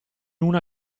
una